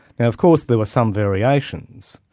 now of course there were some variations,